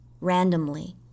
randomly